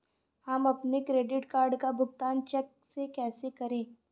हम अपने credit card का भुगतान चेक से कैसे करें?